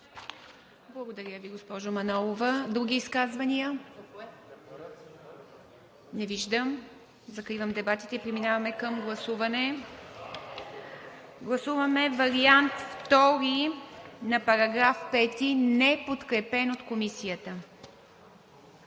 Благодаря Ви, госпожо Манолова. Други изказвания? Не виждам. Закривам дебатите, преминаваме към гласуване. Гласуваме вариант II на § 5, неподкрепен от Комисията.